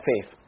faith